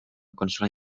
consola